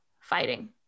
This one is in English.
fighting